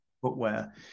footwear